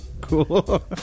cool